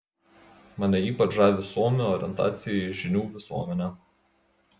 mane ypač žavi suomių orientacija į žinių visuomenę